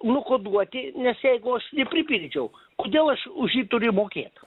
nukoduoti nes jeigu aš nepripildžiau kodėl aš už jį turiu mokėt